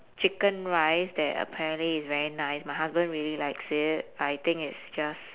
chicken rice that apparently is very nice my husband really likes it but I think it's just